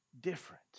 different